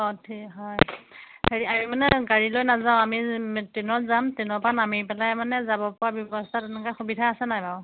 অঁ ঠিক হয় হেৰি আমি মানে গাড়ী লৈ নাযাওঁ আমি ট্ৰেইনত যাম ট্ৰেইনৰ পৰা নামি পেলাই মানে যাব পৰা ব্যৱস্থা তেনেকৈ সুবিধা আছে নাই বাৰু